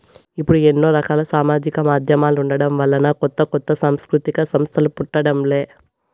ఇప్పుడు ఎన్నో రకాల సామాజిక మాధ్యమాలుండటం వలన కొత్త కొత్త సాంస్కృతిక సంస్థలు పుట్టడం లే